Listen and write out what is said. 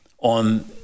on